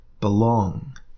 belong